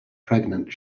pregnant